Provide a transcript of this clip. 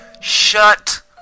shut